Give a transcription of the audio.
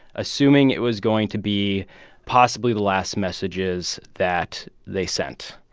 assuming it was going to be possibly the last messages that they sent.